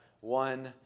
one